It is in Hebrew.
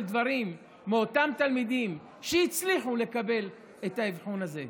דברים מאותם תלמידים שהצליחו לקבל את האבחון הזה.